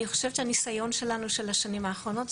אני חושבת שהניסיון שלנו של השנים האחרונות,